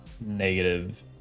negative